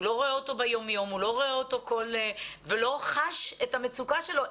הוא לא רואה אותו ביום-יום ולא חש את המצוקה שלו,